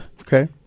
Okay